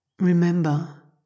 Remember